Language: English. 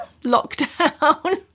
Lockdown